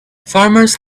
farmers